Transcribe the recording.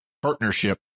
partnership